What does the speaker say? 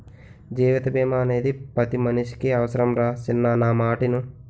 జీవిత బీమా అనేది పతి మనిసికి అవుసరంరా సిన్నా నా మాటిను